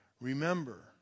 remember